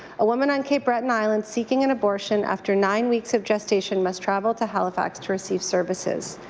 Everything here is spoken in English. a woman on cape breton island seeking an abortion after nine weeks of gestation must travel to halifax to receive services.